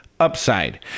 Upside